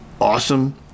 awesome